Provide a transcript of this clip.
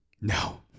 No